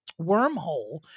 wormhole